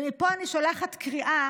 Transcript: מפה אני שולחת קריאה